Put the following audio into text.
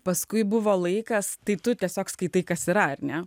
paskui buvo laikas tai tu tiesiog skaitai kas yra ar ne